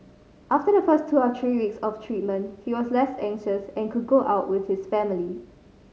after the first two or three weeks of treatment he was less anxious and could go out with his family